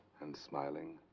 and smiling.